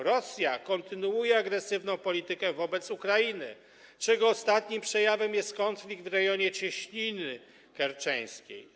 Rosja kontynuuje agresywną politykę wobec Ukrainy, czego ostatnim przejawem jest konflikt w rejonie Cieśniny Kerczeńskiej.